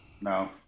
No